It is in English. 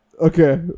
Okay